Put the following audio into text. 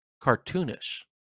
cartoonish